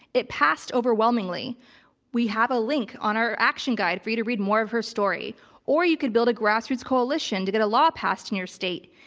it passed overwhelmingly we have a link on our action guide for you to read more of her story or you could build a grassroots coalition to get a law passed in your state.